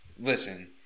Listen